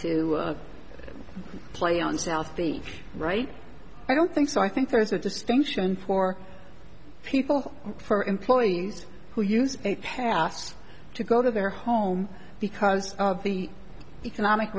o play on south beach right i don't think so i think there's a distinction for people for employees who use a pass to go to their home because of the economic